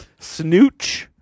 Snooch